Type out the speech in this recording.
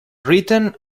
written